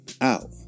out